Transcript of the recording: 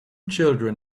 children